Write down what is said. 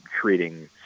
treating